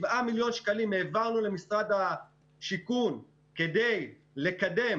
7 מיליון שקלים העברנו למשרד השיכון כדי לקדם